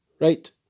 right